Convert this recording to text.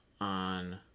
on